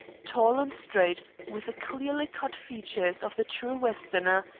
tall and straight, with the clearly cut features of the true westerner,